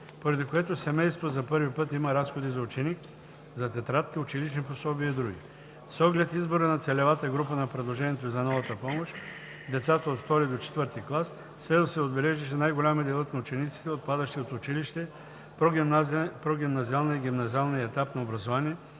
поради което семейството за първи път има разходи за ученик – за тетрадки, училищни пособия и други. С оглед избора на целевата група, на предложението за новата помощ – децата от II до IV клас, следва да се отбележи, че най-голям е делът на учениците, отпадащи от училище в прогимназиалния и гимназиалния етап на образование,